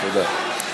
תודה.